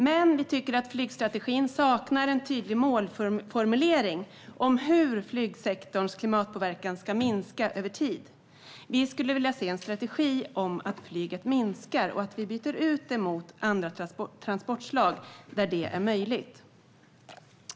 Men vi tycker att den saknar en tydlig målformulering om hur flygsektorns klimatpåverkan ska minska över tid. Vi skulle vilja se en strategi för att flyget ska minska och att vi ska byta ut det mot andra transportslag där det är möjligt.